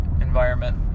environment